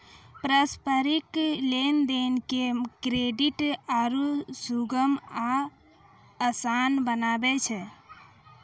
पारस्परिक लेन देन के क्रेडिट आरु सुगम आ असान बनाबै छै